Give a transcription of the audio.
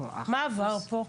מה עבר פה?